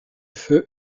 feu